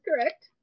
correct